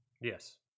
Yes